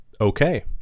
Okay